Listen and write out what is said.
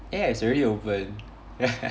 it's already open